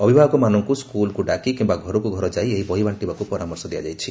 ଅଭିଭାବକମାନଙ୍କୁ ସ୍କୁଲକୁ ଡାକି କିମ୍ବା ଘରକୁ ଘର ଯାଇ ଏହି ବହି ବାଣ୍ଣବାକୁ ପରାମର୍ଶ ଦିଆ ଯାଇଛି